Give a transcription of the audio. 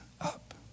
up